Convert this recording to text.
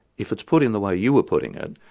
if it's put in the way you were putting it,